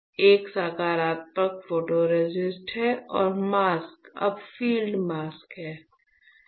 एक सकारात्मक फोटोरेसिस्ट है और मास्क अब फील्ड मास्क है